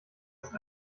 ist